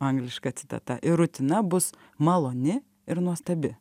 angliška citata ir rutina bus maloni ir nuostabi